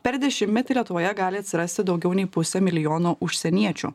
per dešimtmetį lietuvoje gali atsirasti daugiau nei pusę milijono užsieniečių